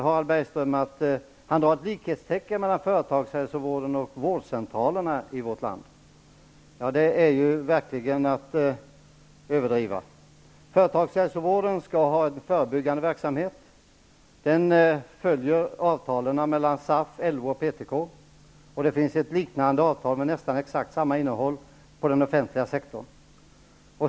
Harald Bergström sätter likhetstecken mellan företagshälsovården och vårdcentralerna. Det är verkligen att överdriva. Företagshälsovården skall bedriva förebyggande verksamhet. Den följer avtalet mellan SAF, LO och PTK, och det finns ett avtal med nästan exakt samma innehåll på den offentliga sektorn.